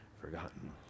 forgotten